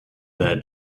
that